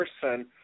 person